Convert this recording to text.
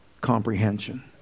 comprehension